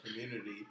community